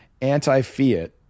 anti-fiat